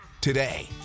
today